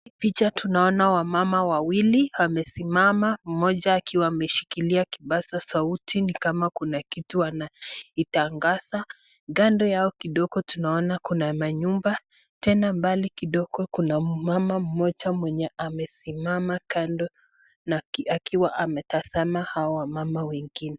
Katika picha tunaona wamama wawili wamesimama, mmoja akiwa ameshikilia kipaza sauti, ni kama kuna kitu anaitangaza. Kando yao kidogo tunaona kuna manyumba. Tena mbali kidogo kuna mama mmoja mwenye amesimama kando na akiwa ametazama hawa wamama wengine.